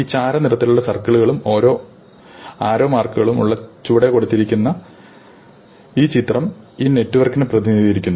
ഈ ചാര നിറത്തിലുള്ള സർക്കിളുകളും ആരോ മാർക്കുകളും ഉള്ള ചുവടെ കൊടുത്തിരിക്കുന്ന ഈ ചിത്രം ഈ നെറ്റ്വർക്കിനെ പ്രതിനിധീകരിക്കുന്നു